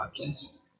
Podcast